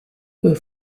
her